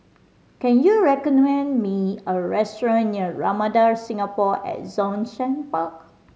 can you recommend me a restaurant near Ramada Singapore at Zhongshan Park